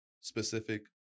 specific